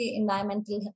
environmental